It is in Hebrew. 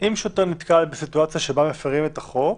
שאם שוטר נתקל בסיטואציה של הפרת החוק,